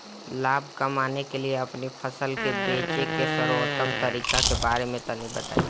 लाभ कमाने के लिए अपनी फसल के बेचे के सर्वोत्तम तरीके के बारे में तनी बताई?